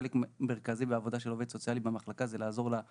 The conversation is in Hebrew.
חלק מרכזי מהעבודה של עובד סוציאלי ברווחה הוא לעזור לאזרח